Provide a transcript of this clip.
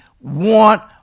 want